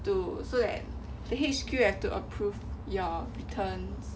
to so that the H_Q have to approve your returns